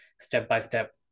step-by-step